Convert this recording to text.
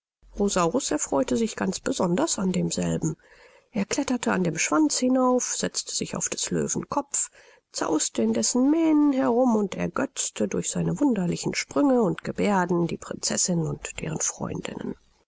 erfreute sich ganz besonders an demselben er kletterte an dem schwanz hinauf setzte sich auf des löwen kopf zaußte in dessen mähnen herum und ergötzte durch seine wunderlichen sprünge und geberden die prinzessin und deren freundinnen